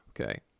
Okay